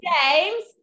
James